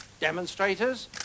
demonstrators